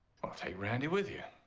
take randy with you.